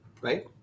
right